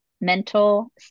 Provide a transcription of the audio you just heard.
mental